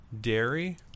dairy